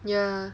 ya